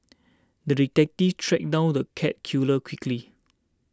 the detective tracked down the cat killer quickly